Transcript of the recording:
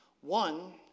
one